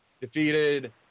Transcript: defeated